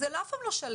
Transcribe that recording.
זה אף פעם לא שלם,